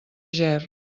ger